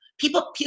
People